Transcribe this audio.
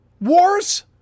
wars